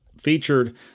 featured